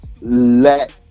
let